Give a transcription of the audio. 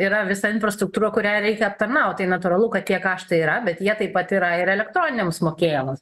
yra visa infrastruktūra kurią reikia aptarnaut tai natūralu kad tie kaštai yra bet jie taip pat yra ir elektroniniams mokėjimams